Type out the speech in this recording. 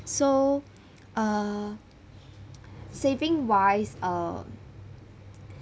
so err saving wise uh